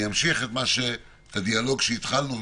אמשיך את הדיאלוג שהתחלנו.